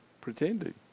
pretending